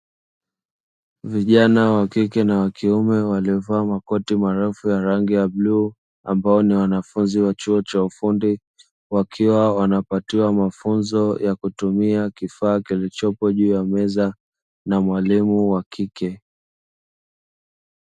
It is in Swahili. Vijana wa kike na wa kiume waliovaa makoti marefu ya rangi ya blue ambao ni wanafunzi wa chuo cha ufundi wakiwa wanapatiwa mafunzo ya kutumia kifaa kilichopo juu ya meza na mwalimu wa kike.